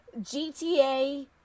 GTA